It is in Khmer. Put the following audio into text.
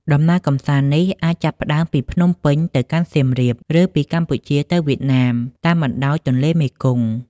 ដំណើរកម្សាន្តនេះអាចចាប់ផ្តើមពីភ្នំពេញ ទៅកាន់សៀមរាប ឬពីកម្ពុជាទៅវៀតណាម តាមបណ្តោយទន្លេមេគង្គ។